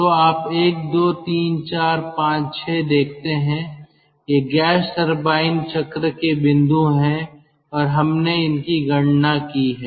तो आप 1 2 3 4 5 6 देखते हैं ये गैस टरबाइन चक्र के बिंदु हैं और हमने इनकी गणना की है